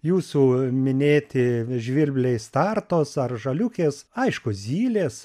jūsų minėti žvirbliai startos ar žaliukės aišku zylės